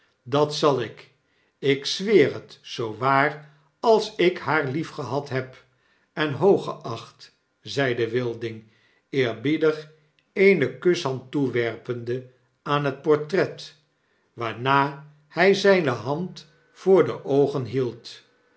dat zal ik ik zweer het zoo waar als ik haar liefgehad heb en hooggeacht zeide wilding eerbiedig eene kushand toewerpende aan het portret waarna hij zgne hand voor de oogen hield